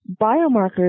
Biomarkers